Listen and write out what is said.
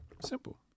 Simple